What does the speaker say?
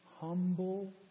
humble